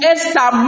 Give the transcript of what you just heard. Esther